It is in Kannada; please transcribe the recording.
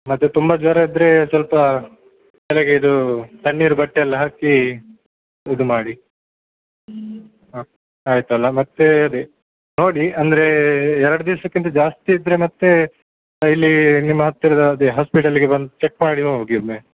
ಮತ್ತು ತುಂಬ ಜ್ವರ ಇದ್ದರೆ ಸ್ವಲ್ಪ ತಲೆಗೆ ಇದು ತಣ್ಣೀರು ಬಟ್ಟೆ ಎಲ್ಲ ಹಾಕಿ ಇದು ಮಾಡಿ ಆಯ್ತಲ್ಲ ಮತ್ತು ಅದೇ ನೋಡಿ ಅಂದರೆ ಎರಡು ದಿವಸಕ್ಕಿಂತ ಜಾಸ್ತಿ ಇದ್ದರೆ ಮತ್ತೆ ಡೈಲಿ ನಿಮ್ಮ ಹತ್ತಿರದ ಅದೇ ಹಾಸ್ಪಿಟಲ್ಲಿಗೆ ಬಂದು ಚೆಕ್ ಮಾಡಿ ಹೋಗಿ ಒಮ್ಮೆ